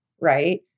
right